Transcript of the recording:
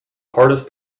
hardest